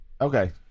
Okay